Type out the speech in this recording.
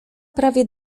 prawie